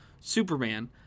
Superman